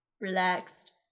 relaxed